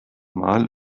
mal